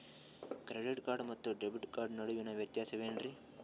Credit card ಮತ್ತು debit card ನಡುವಿನ ವ್ಯತ್ಯಾಸ ವೇನ್ರೀ?